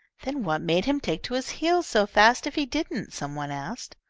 then what made him take to his heels so fast if he didn't? some one asked.